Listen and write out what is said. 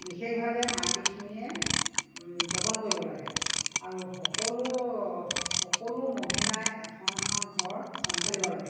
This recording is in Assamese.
বিশেষভাৱে মাইকীখিনিয়ে যতন কৰিব লাগে আৰু সকলো সকলো মহিলাই এখন এখন ঘৰ চম্ভালিব লাগে